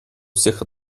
всех